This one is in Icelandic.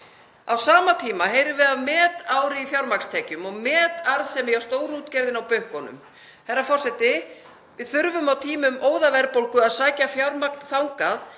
Á sama tíma heyrum við af metári í fjármagnstekjum og metarðsemi hjá stórútgerðinni og bönkunum. Herra forseti. Við þurfum á tímum óðaverðbólgu að sækja fjármagn þangað